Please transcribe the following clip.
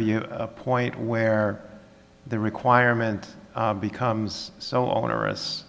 be a point where the requirement becomes so on or s